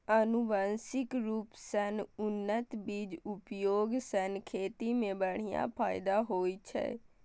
आनुवंशिक रूप सं उन्नत बीजक उपयोग सं खेती मे बढ़िया फायदा होइ छै